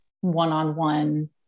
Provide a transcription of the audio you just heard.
one-on-one